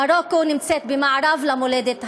מרוקו נמצאת ממערב למולדת הזאת.